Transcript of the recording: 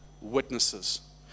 witnesses